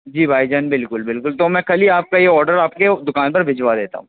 جی بھائی جان بالکل بالکل تو میں کل ہی آپ كا یہ آڈر آپ كے دُكان پر بھجوا دیتا ہوں